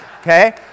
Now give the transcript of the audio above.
Okay